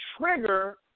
trigger